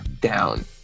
down